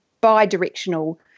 bi-directional